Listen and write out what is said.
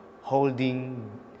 holding